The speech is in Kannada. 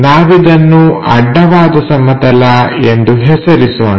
ನಾವಿದನ್ನು ಅಡ್ಡವಾದ ಸಮತಲ ಎಂದು ಹೆಸರಿಸೋಣ